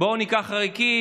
בואו ניקח עריקים,